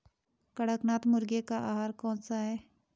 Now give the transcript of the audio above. कड़कनाथ मुर्गे का आहार कौन सा है?